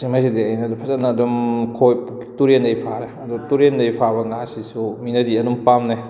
ꯑꯩꯅ ꯐꯖꯅ ꯑꯗꯨꯝ ꯇꯨꯔꯦꯟꯗꯒꯤ ꯐꯥꯔꯦ ꯑꯗꯨ ꯇꯨꯔꯦꯟꯗꯒꯤ ꯐꯥꯕ ꯉꯥꯁꯤꯁꯨ ꯃꯤꯅꯗꯤ ꯑꯗꯨꯝ ꯄꯥꯝꯅꯩ